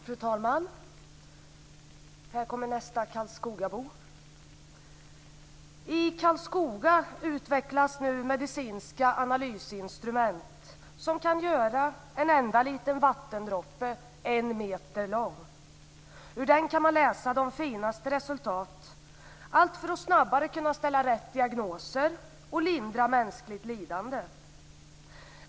Fru talman! Här kommer nästa karlskogabo. I Karlskoga utvecklas nu medicinska analysinstrument som kan göra en enda liten vattendroppe en meter lång. Ur den kan man läsa de finaste resultat, allt för att snabbare kunna ställa rätt diagnoser och lindra mänskligt lidanden.